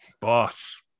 Boss